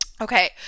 Okay